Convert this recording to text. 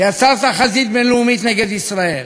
ויצרת חזית בין-לאומית נגד ישראל.